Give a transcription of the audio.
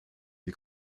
die